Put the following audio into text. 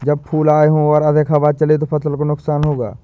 जब फूल आए हों और अधिक हवा चले तो फसल को नुकसान होगा?